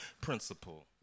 principle